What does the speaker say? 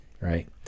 right